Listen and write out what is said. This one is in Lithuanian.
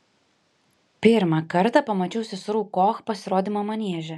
pirmą kartą pamačiau seserų koch pasirodymą manieže